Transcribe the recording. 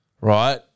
right